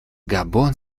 габон